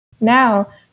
Now